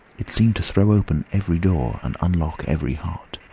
it seemed to throw open every door, and unlock every heart.